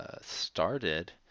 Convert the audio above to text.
started